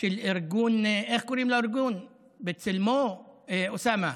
של ארגון, איך קוראים לארגון, בצלמו, אוסאמה?